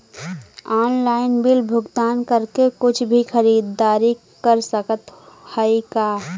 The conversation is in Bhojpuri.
ऑनलाइन बिल भुगतान करके कुछ भी खरीदारी कर सकत हई का?